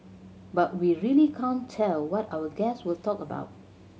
but we really can't tell what our guests will talk about